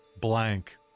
blank